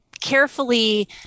carefully